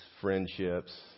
friendships